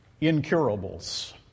incurables